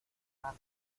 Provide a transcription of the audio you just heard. más